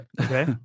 Okay